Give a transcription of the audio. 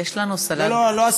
יש לנו שרה, לא, לא.